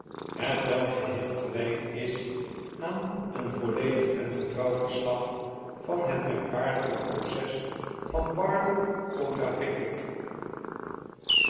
xxxiv hetwelk geheel gewijd is aan een volledig en getrouw verslag van het merkwaardige proces van bardell contra pickwick